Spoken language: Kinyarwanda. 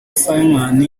fireman